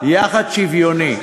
יחס שוויוני.